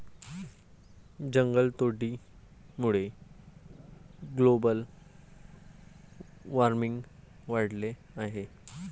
जंगलतोडीमुळे global warming वाढले आहे